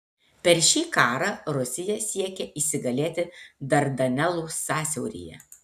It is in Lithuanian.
per šį karą rusija siekė įsigalėti dardanelų sąsiauryje